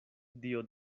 dio